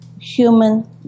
human